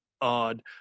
odd